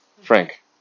Frank